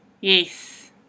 Yes